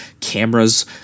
cameras